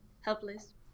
helpless